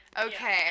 Okay